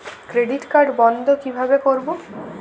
Credit card বন্ধ কিভাবে করবো?